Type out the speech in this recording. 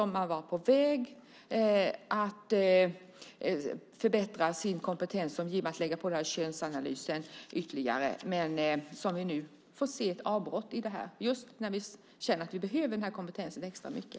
Man var på väg att förbättra kompetensen i och med att man skulle lägga på den här ytterligare könsanalysen. Men nu får vi se ett avbrott i det här, just när vi känner att vi behöver den här kompetensen extra mycket.